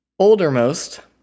Oldermost